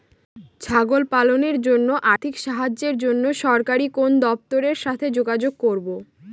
ছাগল পালনের জন্য আর্থিক সাহায্যের জন্য সরকারি কোন দপ্তরের সাথে যোগাযোগ করব?